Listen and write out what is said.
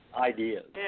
ideas